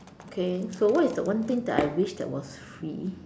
okay so what is the one thing that I wish that was free